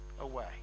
away